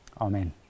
Amen